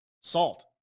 Salt